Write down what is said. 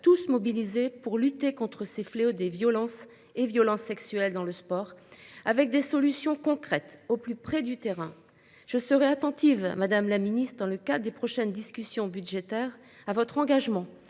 tous mobilisés pour lutter contre ces fléaux des violences et violences sexuelles dans le sport avec des solutions concrètes au plus près du terrain. Je serai attentive à madame la ministre, dans le cas des prochaines discussions budgétaires à votre engagement